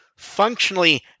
functionally